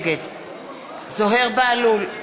נגד זוהיר בהלול,